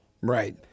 Right